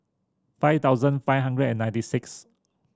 five thousand five hundred and ninety six